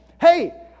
hey